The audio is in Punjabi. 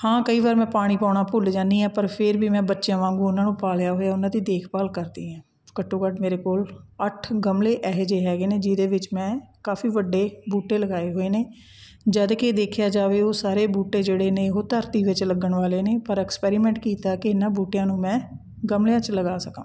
ਹਾਂ ਕਈ ਵਾਰ ਮੈਂ ਪਾਣੀ ਪਾਉਣਾ ਭੁੱਲ ਜਾਂਦੀ ਹਾਂ ਪਰ ਫਿਰ ਵੀ ਮੈਂ ਬੱਚਿਆਂ ਵਾਂਗੂੰ ਉਹਨਾਂ ਨੂੰ ਪਾਲ਼ਿਆ ਹੋਇਆ ਉਹਨਾਂ ਦੀ ਦੇਖਭਾਲ ਕਰਦੀ ਹਾਂ ਘੱਟੋ ਘੱਟ ਮੇਰੇ ਕੋਲ ਅੱਠ ਗਮਲੇ ਇਹੋ ਜਿਹੇ ਹੈਗੇ ਨੇ ਜਿਹਦੇ ਵਿੱਚ ਮੈਂ ਕਾਫ਼ੀ ਵੱਡੇ ਬੂਟੇ ਲਗਾਏ ਹੋਏ ਨੇ ਜਦ ਕਿ ਦੇਖਿਆ ਜਾਵੇ ਉਹ ਸਾਰੇ ਬੂਟੇ ਜਿਹੜੇ ਨੇ ਉਹ ਧਰਤੀ ਵਿੱਚ ਲੱਗਣ ਵਾਲੇ ਨੇ ਪਰ ਐਕਸਪੈਰੀਮੈਂਟ ਕੀਤਾ ਕਿ ਇਹਨਾਂ ਬੂਟਿਆਂ ਨੂੰ ਮੈਂ ਗਮਲਿਆਂ 'ਚ ਲਗਾ ਸਕਾਂ